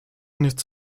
nichts